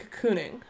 cocooning